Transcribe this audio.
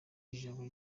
ijabo